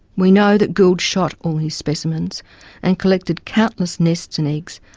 we know that gould shot all his specimens and collected countless nests and eggs,